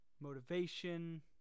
Motivation